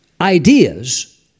ideas